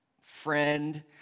friend